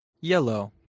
yellow